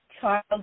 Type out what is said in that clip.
Child